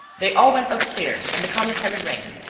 they all went upstairs and the commissary rang.